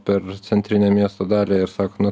per centrinę miesto dalį ir sako nu